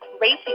racing